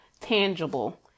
tangible